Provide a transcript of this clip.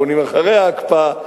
בונים אחרי ההקפאה,